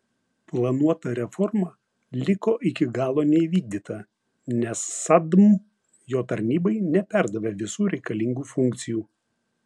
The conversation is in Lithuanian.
planuota reforma liko iki galo neįvykdyta nes sadm jo tarnybai neperdavė visų reikalingų funkcijų